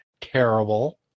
terrible